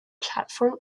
platform